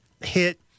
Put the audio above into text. hit